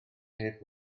hedd